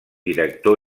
director